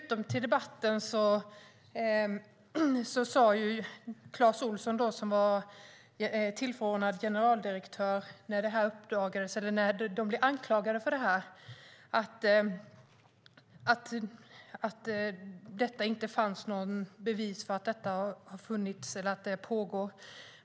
Till debatten hör dessutom att Clas Olsson, som var tillförordnad generaldirektör när de blev anklagade för detta, sade att det inte fanns några bevis för att detta funnits eller pågår.